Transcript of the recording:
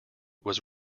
was